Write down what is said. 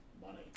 money